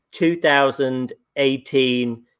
2018